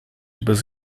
bez